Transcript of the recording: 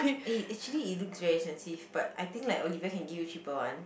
eh actually it looks very expensive but I think like Olivia can give you cheaper one